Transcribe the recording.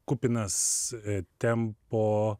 kupinas tempo